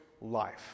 life